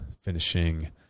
finishing